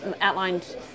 outlined